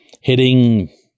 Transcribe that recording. hitting